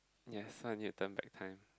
yes now I need to turn back time